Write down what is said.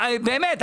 באמת,